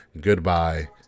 Goodbye